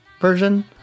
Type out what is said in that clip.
version